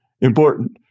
important